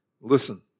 Listen